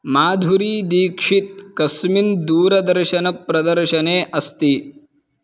माधुरीदीक्षित् कस्मिन् दूरदर्शनप्रदर्शने अस्ति